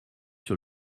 sur